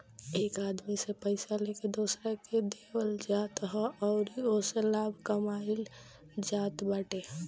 एक आदमी से पइया लेके दोसरा के देवल जात ह अउरी ओसे लाभ कमाइल जात बाटे